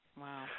wow